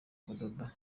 kudoda